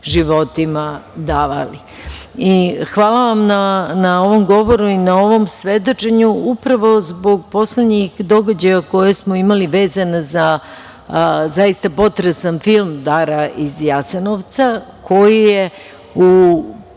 životima davali. Hvala vam na ovom govoru i na ovom svedočenju upravo zbog poslednjih događaja koje smo imali vezano za zaista potresan film „Dara iz Jasenovca“, koji je u